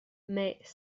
mais